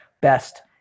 best